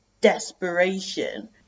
desperation